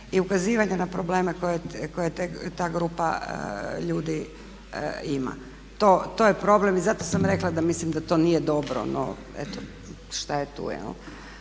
i ukazivanje na probleme koje ta grupa ljudi ima. To je problem. I zato sam rekla da mislim da to nije dobro. No, eto što je tu je